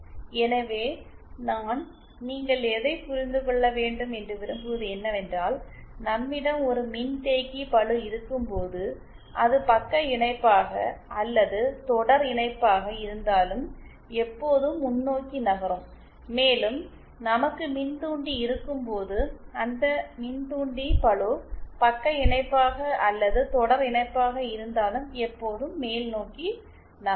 எனவே நான் நீங்கள் எதை புரிந்து கொள்ள வேண்டும் என்று விரும்புவது என்னவென்றால் நம்மிடம் ஒரு மின்தேக்கி பளு இருக்கும்போது அதுபக்க இணைப்பாக அல்லது தொடர் இணைப்பாக இருந்தாலும் எப்போதும் முன்னோக்கி நகரும் மேலும் நமக்கு மின்தூண்டி இருக்கும்போது அந்த மின் தூண்டி பளு பக்க இணைப்பாக அல்லது தொடர் இணைப்பாக இருந்தாலும் எப்போதும் மேல்நோக்கி நகரும்